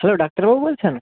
hello ডাক্তারবাবু বলছেন